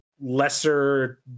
lesser